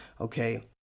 okay